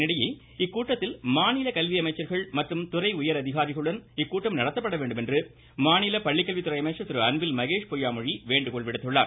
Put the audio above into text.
இதனிடையே இக்கூட்டத்தில் மாநில கல்வியமைச்சர்கள் மற்றும் துறை உயர் அதிகாரிகளுடன் நடத்தப்பட வேண்டுமென மாநில பள்ளிக்கல்வித்துறை அமைச்சர் திரு அன்பில் மகேஷ் பொய்யாமொழி வேண்டுகோள் விடுத்துள்ளார்